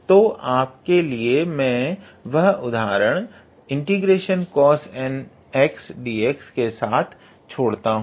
तो आपके लिए मैं वह उदाहरण cosnxdx के साथ छोड़ता हूं